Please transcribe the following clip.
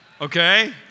Okay